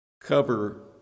cover